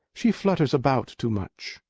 she flutters about too much,